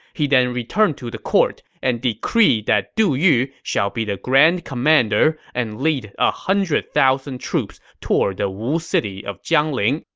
he then returned to the court and decreed that du yu shall be the grand commander and lead one ah hundred thousand troops toward the wu city of jiangling,